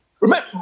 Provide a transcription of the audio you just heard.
remember